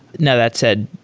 now that said,